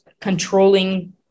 controlling